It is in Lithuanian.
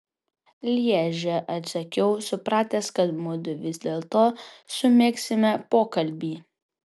lježe atsakiau supratęs kad mudu vis dėlto sumegsime pokalbį